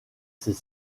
ces